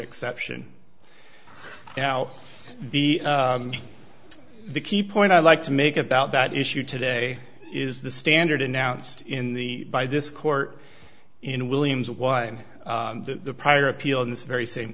exception now the the key point i'd like to make about that issue today is the standard announced in the by this court in williams why in the prior appeal in this very same